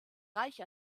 reich